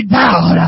down